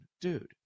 dude